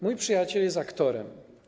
Mój przyjaciel jest aktorem.